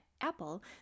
apple